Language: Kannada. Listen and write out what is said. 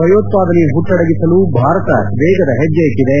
ಭಯೋತ್ಪಾದನೆಯ ಪುಟ್ಲಡಗಿಸಲು ಭಾರತ ವೇಗದ ಹೆಜ್ಜೆ ಇಟ್ಟಿದೆ